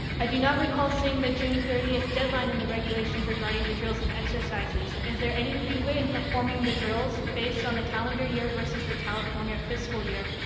i do not recall seeing the june thirtieth deadline in the regulations regarding the drills and exercises. is there any leeway in performing the drills based on the calendar year versus the california fiscal year?